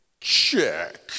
Check